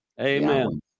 Amen